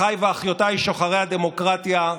אחיי ואחיותיי שוחרי הדמוקרטיה,